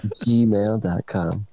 gmail.com